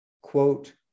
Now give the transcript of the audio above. quote